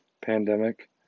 pandemic